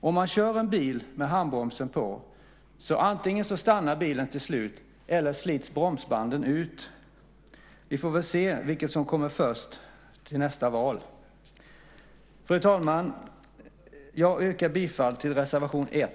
Om man kör en bil med handbromsen på så stannar antingen bilen till slut eller så slits bromsbanden ut. Vi får väl se vad som händer först till nästa val. Fru talman! Jag yrkar bifall till reservation 1.